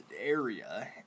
area